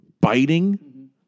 biting